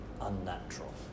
unnatural